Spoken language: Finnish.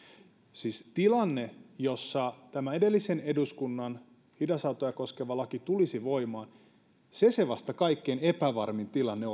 siis se tilanne jossa tämä edellisen eduskunnan hidasautoja koskeva laki tulisi voimaan se se vasta kaikkein epävarmin tilanne